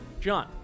John